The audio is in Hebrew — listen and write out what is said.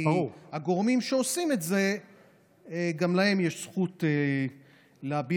כי גם לגורמים שעושים את זה יש זכות להביע